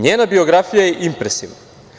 Njena biografija je impresivna.